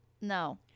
no